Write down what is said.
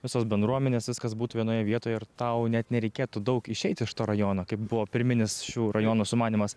visos bendruomenės viskas būtų vienoje vietoje ir tau nereikėtų daug išeit iš to rajono kaip buvo pirminis šių rajonų sumanymas